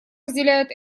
разделяет